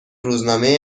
روزنامه